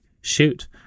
Shoot